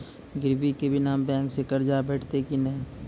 गिरवी के बिना बैंक सऽ कर्ज भेटतै की नै?